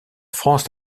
france